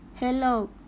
Hello